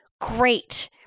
great